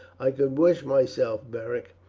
i could wish myself, beric,